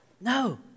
No